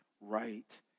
right